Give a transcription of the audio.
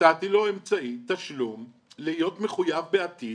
נתתי לו אמצעי תשלום להיות מחויב בעתיד